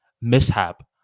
mishap